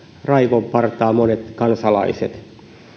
raivon partaalle monet kansalaiset